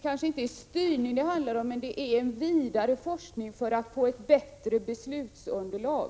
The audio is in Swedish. Herr talman! Det är kanske inte styrning det handlar om utan en vidare forskning för att få ett bättre beslutsunderlag.